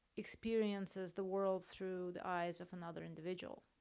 experiences the world through the eyes of another individual